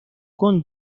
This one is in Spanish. con